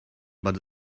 but